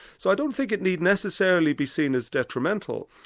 so i don't think it need necessarily be seen as detrimental.